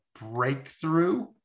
breakthrough